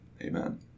Amen